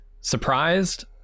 surprised